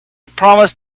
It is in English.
promised